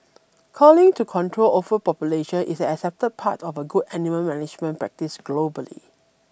culling to control overpopulation is an accepted part of good animal management practice globally